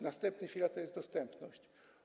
Następny filar to jest dostępność.